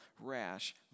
rash